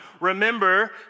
remember